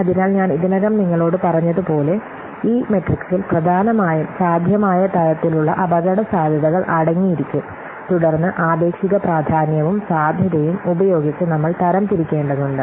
അതിനാൽ ഞാൻ ഇതിനകം നിങ്ങളോട് പറഞ്ഞതുപോലെ ഈ മെട്രിക്സിൽ പ്രധാനമായും സാധ്യമായ തരത്തിലുള്ള അപകടസാധ്യതകൾ അടങ്ങിയിരിക്കും തുടർന്ന് ആപേക്ഷിക പ്രാധാന്യവും സാധ്യതയും ഉപയോഗിച്ച് നമ്മൾ തരംതിരിക്കേണ്ടതുണ്ട്